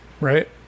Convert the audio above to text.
right